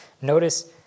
Notice